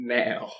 now